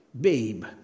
Babe